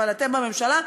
אבל אתם בממשלה.